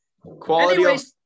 Quality